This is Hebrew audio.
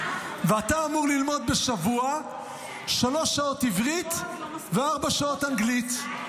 ואתה אמור ללמוד שלוש שעות עברית וארבע שעות אנגלית בשבוע,